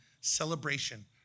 celebration